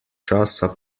časa